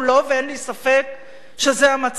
ואין לי ספק שזה המצב.